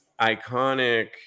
iconic